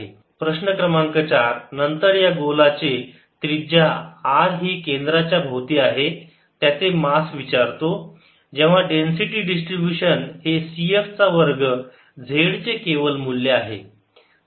dmρdVCr3cosθr2drsin θdθdϕCr5 cosθϕdrdθ dϕ प्रश्न क्रमांक चार नंतर या गोलाची त्रिज्या r ही केंद्राच्या भोवती आहे त्याचे मास विचारतो जेव्हा डेन्सिटी डिस्ट्रीब्यूशन हे C x चा वर्ग z चे केवल मूल्य आहे